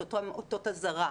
את אותן אותות אזהרה.